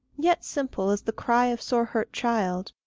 yet simple as the cry of sore-hurt child,